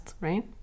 right